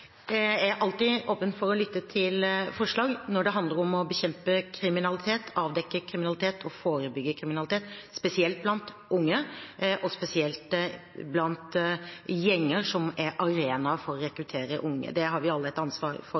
Jeg er alltid åpen for å lytte til forslag når det handler om å bekjempe kriminalitet, avdekke kriminalitet og forebygge kriminalitet, spesielt blant unge, og spesielt blant gjenger som er arenaer for å rekruttere unge. Det har vi alle et ansvar for.